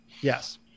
Yes